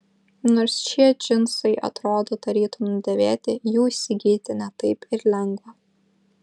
nors šie džinsai atrodo tarytum nudėvėti jų įsigyti ne taip ir lengva